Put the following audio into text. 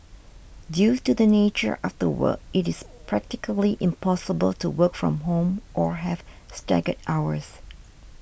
due to the nature of the work it is practically impossible to work from home or have staggered hours